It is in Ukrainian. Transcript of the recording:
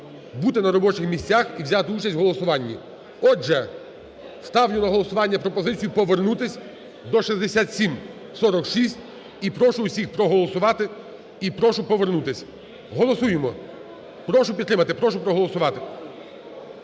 бути на робочих місцях і взяти участь в голосуванні. Отже, ставлю на голосування пропозицію повернутись до 6746 і прошу усіх проголосувати, і прошу повернутись. Голосуємо. Прошу підтримати. Прошу проголосувати.